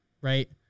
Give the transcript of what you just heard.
right